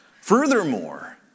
Furthermore